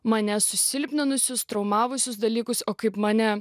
mane susilpninusius traumavusius dalykus o kaip mane